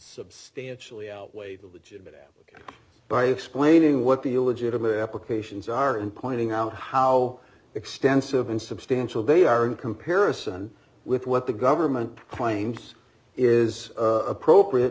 substantially outweigh the legitimate by explaining what the illegitimate applications are and pointing out how extensive and substantial they are in comparison with what the government claims is appropriate